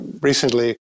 recently